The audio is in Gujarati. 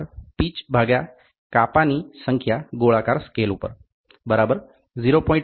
C પીચ કાપા ની સંખ્યા ગોળાકાર સ્કેલ ઉપર 0